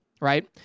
Right